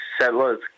settlers